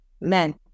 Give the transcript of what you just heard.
men